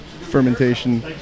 fermentation